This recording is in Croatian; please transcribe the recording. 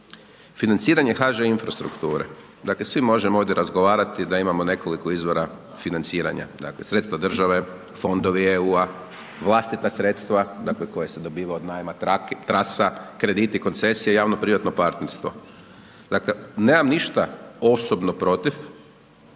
financiranje HŽ infrastrukture, dakle, svi možemo ovdje razgovarati da imamo nekoliko izvora financiranja, dakle, sredstva države, fondovi EU-a, vlastita sredstva, dakle, koja se dobiva od najma trasa, krediti koncesije, javno privatno partnerstvo. Dakle, nemam ništa osobno protiv